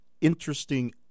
interesting